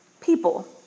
people